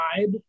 vibe